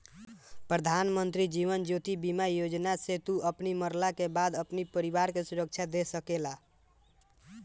प्रधानमंत्री जीवन ज्योति बीमा योजना से तू अपनी मरला के बाद अपनी परिवार के सुरक्षा दे सकेला